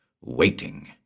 waiting